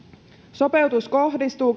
sopeutus kohdistuu